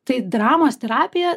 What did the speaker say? tai dramos terapija